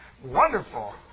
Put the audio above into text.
Wonderful